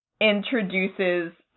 introduces